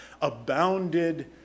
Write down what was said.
abounded